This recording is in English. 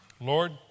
Lord